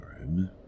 room